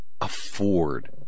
afford